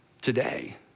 today